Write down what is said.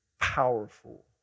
powerful